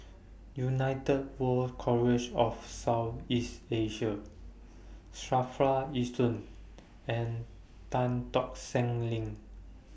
United World College of South East Asia SAFRA Yishun and Tan Tock Seng LINK